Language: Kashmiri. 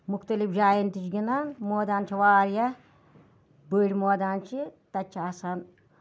مُختٔلِف جاین تہِ چھِ گِندان مٲدان چھُ واریاہ بٔڑ مٲدان چھِ تَتہِ چھِ آسان